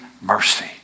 mercy